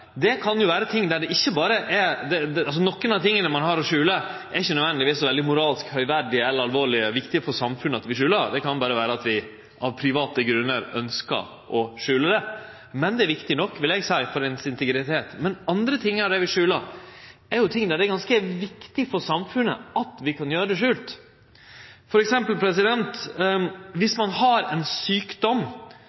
Det kan berre vere at vi av private grunnar ønskjer å skjule det. Det er viktig nok, vil eg seie, for integriteten vår. Men andre ting av det vi skjuler, er ting som det er ganske viktig for samfunnet at vi kan gjere skjult. Viss ein f.eks. har ein sjukdom som ein helst ikkje vil at det